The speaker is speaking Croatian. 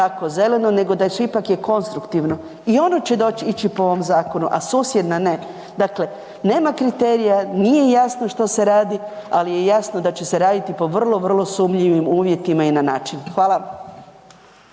zeleno nego da su ipak je konstruktivno. I ono će doći, ići po ovom zakonu, a susjedna ne. Dakle, nema kriterija, nije jasno što se radi, ali je jasno da će se raditi po vrlo vrlo sumnjivim uvjetima i na način. Hvala.